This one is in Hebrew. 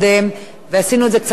ועשינו את זה קצת בחופזה.